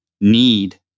need